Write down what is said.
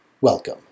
welcome